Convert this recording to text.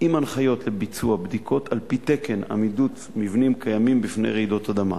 עם הנחיות לביצוע בדיקות על-פי תקן עמידות מבנים קיימים ברעידות אדמה.